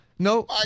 No